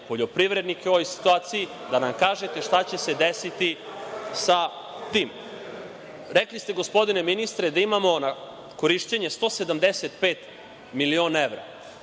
poljoprivrednike u ovoj situaciji, da nam kažete šta će se desiti sa tim? Rekli ste, gospodine ministre da imamo na korišćenje 175 miliona evra